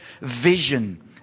vision